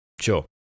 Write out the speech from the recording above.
Sure